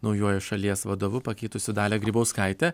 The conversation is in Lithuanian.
naujuoju šalies vadovu pakeitusiu dalią grybauskaitę